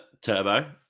turbo